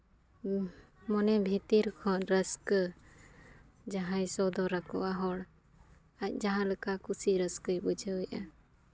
ᱢᱚᱱᱮ ᱵᱷᱤᱛᱤᱨ ᱠᱷᱚᱱ ᱨᱟᱹᱥᱠᱟᱹ ᱡᱟᱦᱟᱭ ᱥᱚᱫᱚᱨ ᱟᱠᱚᱣᱟ ᱦᱚᱲ ᱟᱡ ᱡᱟᱦᱟᱸ ᱞᱮᱠᱟ ᱠᱩᱥᱤᱼᱨᱟᱹᱥᱠᱟᱹᱭ ᱵᱩᱡᱷᱟᱹᱣᱮᱫᱼᱟ